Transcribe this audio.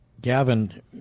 Gavin